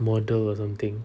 model or something